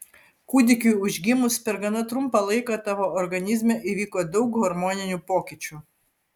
kūdikiui užgimus per gana trumpą laiką tavo organizme įvyko daug hormoninių pokyčių